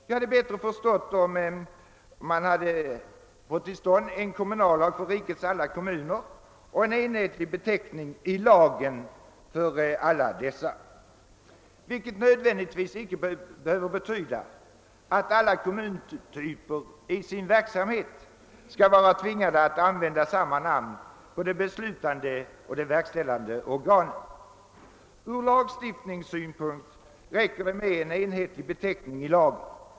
Jag hade bättre kunnat förstå, om man hade fått till stånd en kommunallag för rikets alla kommuner, att man infört enhetliga beteckningar i lagen för alla. Detta betyder inte nödvändigtvis att alla kommuntyper i sin verksamhet skall vara tvingade att använda samma namn på de beslutande och verkställande organen. Från lagstiftningssynpunkt räcker det med en enhetlig beteckning i lagen.